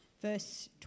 verse